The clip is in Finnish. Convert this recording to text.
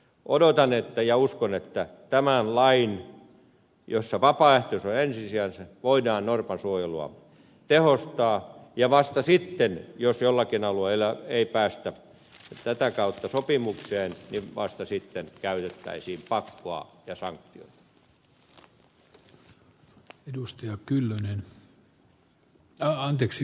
odotan ja uskon että tämän lain jossa vapaaehtoisuus on ensisijaista avulla voidaan norpan suojelua tehostaa ja vasta sitten jos jollakin alueella ei päästä tätä kautta sopimukseen käytettäisiin pakkoa ja sanktiota